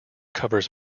covers